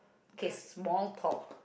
okay small talk